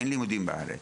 אין לימודים בארץ.